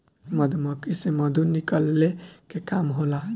मधुमक्खी से मधु निकाले के काम होला